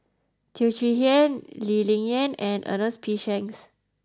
Teo Chee Hean Lee Ling Yen and Ernest P Shanks